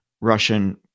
russian